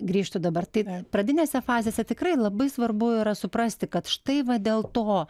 grįžtu dabar tai pradinėse fazėse tikrai labai svarbu yra suprasti kad štai va dėl to